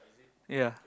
ya